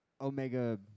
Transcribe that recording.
Omega